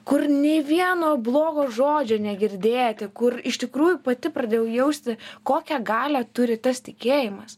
kur nei vieno blogo žodžio negirdėti kur iš tikrųjų pati pradėjau jausti kokią galią turi tas tikėjimas